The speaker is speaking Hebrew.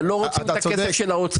אבל לא רוצים את הכסף של האוצר.